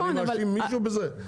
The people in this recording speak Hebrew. אני מאשים מישהו בזה?